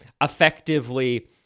effectively